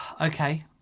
okay